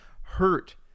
hurt